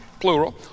plural